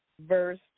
Verse